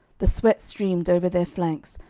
the sweat streamed over their flanks,